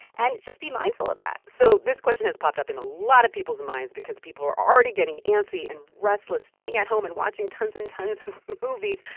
and just be mindful of that so this question has popped up in a lot of people's minds because people are already getting antsy and restless staying at home and watching tons and tons of movies.